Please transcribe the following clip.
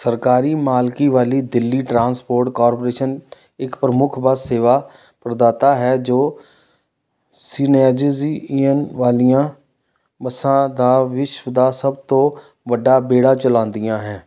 ਸਰਕਾਰੀ ਮਾਲਕੀ ਵਾਲੀ ਦਿੱਲੀ ਟਰਾਂਸਪੋਰਟ ਕਾਰਪੋਰੇਸ਼ਨ ਇੱਕ ਪ੍ਰਮੁੱਖ ਬੱਸ ਸੇਵਾ ਪ੍ਰਦਾਤਾ ਹੈ ਜੋ ਸੀਨੇਆਜਜੀ ਈਂਧਣ ਵਾਲੀਆਂ ਬੱਸਾਂ ਦਾ ਵਿਸ਼ਵ ਦਾ ਸਭ ਤੋਂ ਵੱਡਾ ਬੇੜਾ ਚਲਾਉਂਦੀਆਂ ਹੈ